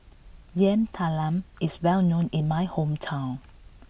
Yam Talam is well known in my hometown